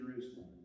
Jerusalem